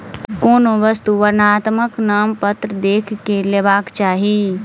कोनो वस्तु वर्णनात्मक नामपत्र देख के लेबाक चाही